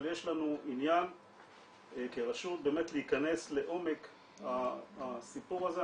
אבל יש לנו עניין כרשות באמת להכנס לעומק הסיפור הזה.